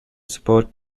support